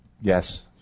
Yes